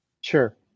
sure